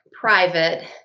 private